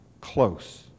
close